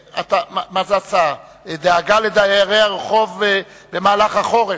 הצעה לסדר-היום: דאגה לדרי הרחוב במהלך החורף,